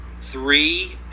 three